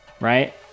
right